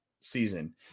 season